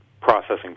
Processing